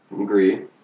Agree